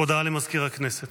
הודעה למזכיר הכנסת.